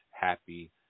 happy